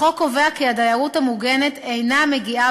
החוק קובע כי הדיירות המוגנת אינה מגיעה